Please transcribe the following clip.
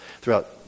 Throughout